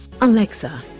Alexa